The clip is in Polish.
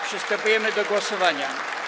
Przystępujemy do głosowania.